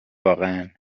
واقعا